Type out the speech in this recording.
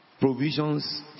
provisions